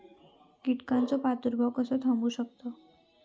कीटकांचो प्रादुर्भाव कसो थांबवू शकतव?